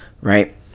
right